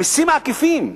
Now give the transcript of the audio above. במסים העקיפים,